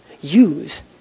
Use